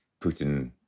Putin